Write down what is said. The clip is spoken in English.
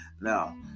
now